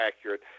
accurate